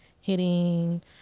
hitting